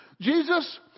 Jesus